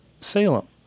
Salem